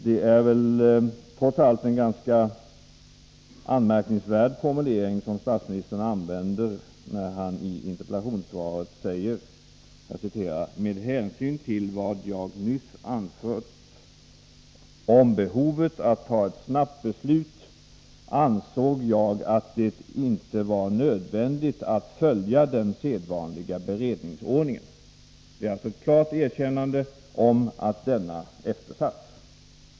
Det är trots allt en ganska anmärkningsvärd formulering som statsministern använder när han i sitt interpellationssvar säger: ”Med hänsyn till vad jag nyss anfört om behovet att ta ett snabbt beslut ansåg jag att det inte var nödvändigt att följa den sedvanliga beredningsordningen.” Det är alltså ett klart erkännande om att denna eftersattes.